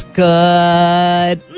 good